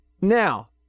Now